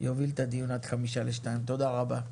יוביל את הדיון עד 13:55. תודה רבה.